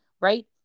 Right